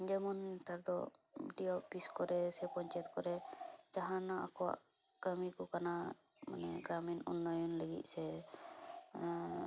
ᱡᱮᱢᱚᱱ ᱱᱮᱛᱟᱨ ᱫᱚ ᱵᱤᱰᱤᱭᱳ ᱳᱯᱷᱤᱥ ᱠᱚᱨᱮ ᱥᱮ ᱯᱚᱧᱪᱟᱭᱮᱛ ᱠᱚᱨᱮ ᱡᱟᱦᱟᱱᱟᱜ ᱟᱠᱚᱣᱟᱜ ᱠᱟᱹᱢᱤ ᱠᱚ ᱠᱟᱱᱟ ᱢᱟᱱᱮ ᱜᱨᱟᱢᱤᱱ ᱩᱱᱱᱚᱭᱚᱱ ᱞᱟᱹᱜᱤᱫ ᱥᱮ